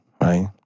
Right